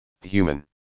human